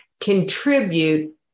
contribute